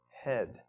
head